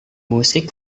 musik